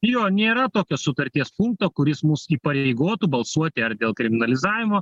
jo nėra tokio sutarties punkto kuris mus įpareigotų balsuoti ar dėl kriminalizavimo